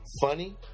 funny